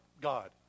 God